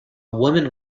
woman